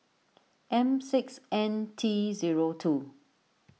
M six N T zero two